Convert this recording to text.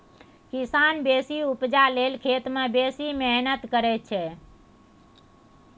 किसान बेसी उपजा लेल खेत मे बेसी मेहनति करय छै